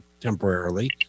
temporarily